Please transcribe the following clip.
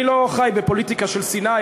אני לא חי בפוליטיקה של שנאה.